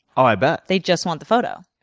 ah i bet. they just want the photo.